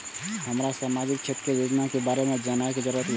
हमरा सामाजिक क्षेत्र के योजना के बारे में जानय के जरुरत ये?